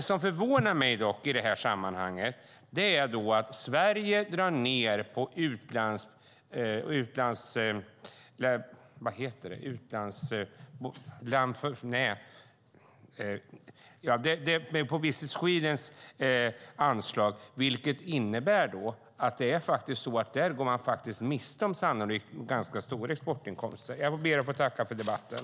Det som förvånar mig dock i sammanhanget är att Sverige drar ned på anslaget för Invest Sweden, vilket innebär att man sannolikt kommer att gå miste om ganska stora exportinkomster. Jag ber att få tacka för debatten.